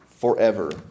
forever